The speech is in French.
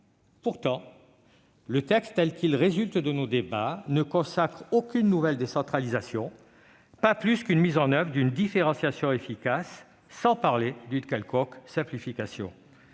Pourtant, le texte tel qu'il résulte de nos débats ne consacre aucune nouvelle décentralisation, pas plus qu'une mise en oeuvre d'une différenciation efficace, sans parler d'une quelconque simplification